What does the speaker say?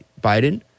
Biden